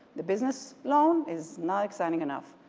the business loan is not exciting enough,